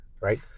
right